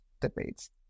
debates